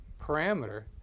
parameter